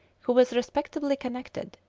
who was respectably connected,